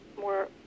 more